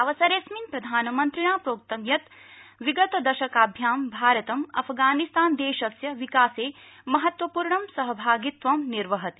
अवसरेऽस्मिन् प्रधानमन्त्रिणा प्रोक्तं यत् विगतदशकाभ्यां भारतम् अफगानिस्तान देशस्य विकासे महत्वपूर्णं सहभागित्वं निर्वहति